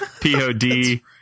p-o-d